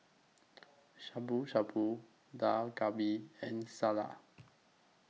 Shabu Shabu Dak Galbi and Salsa